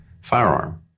firearm